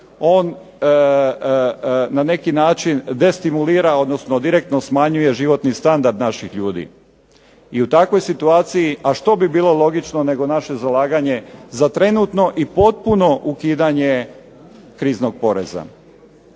on na neki način destimulira, odnosno direktno smanjuje životni standard naših ljudi i u takvoj situaciji a što bi bilo logično nego naše zalaganje za trenutno i potpuno ukidanje kriznog poreza.